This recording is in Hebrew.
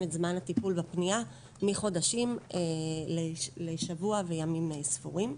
את זמן הטיפול בפניה מחודשים לשבוע וימים ספורים.